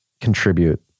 contribute